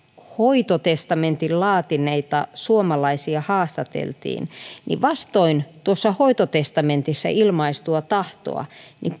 hoitotestamentin laatineita suomalaisia haastateltiin niin vastoin tuossa hoitotestamentissa ilmaistua tahtoa